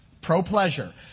Pro-pleasure